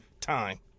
time